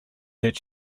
that